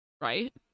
right